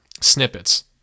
snippets